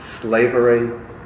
slavery